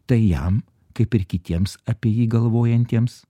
tai jam kaip ir kitiems apie jį galvojantiems